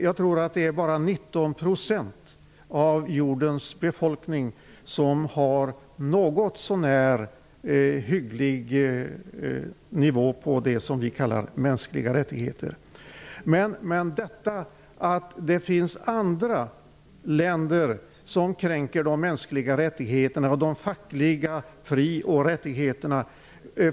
Jag tror att det är bara 19 % av jordens befolkning som har en något så när hygglig nivå på det som vi kallar mänskliga rättigheter. Statsrådet påpekade att det finns andra länder som kränker de mänskliga rättigheterna och de fackliga fri och rättigheterna.